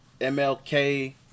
MLK